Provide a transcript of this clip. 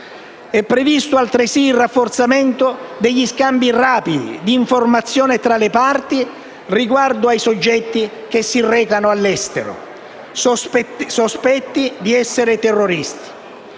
È previsto altresì il rafforzamento degli scambi rapidi di informazione tra le parti riguardo ai soggetti che si recano all'estero sospetti di essere terroristi.